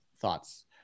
thoughts